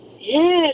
yes